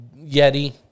Yeti